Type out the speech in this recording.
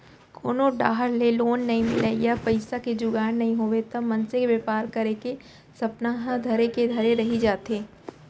कोनो डाहर ले लोन नइ मिलय या पइसा के जुगाड़ नइ होवय त मनसे के बेपार करे के सपना ह धरे के धरे रही जाथे